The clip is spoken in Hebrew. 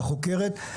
החוקרת,